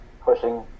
pushing